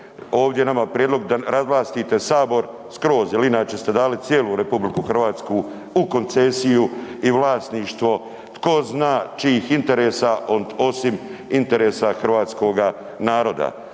ovdje nama prijedlog da razvlastite sabor skroz jer inače ste dali cijelu RH u koncesiju i vlasništvo tko zna čijih interesa osim interesa hrvatskoga naroda.